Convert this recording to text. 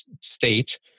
state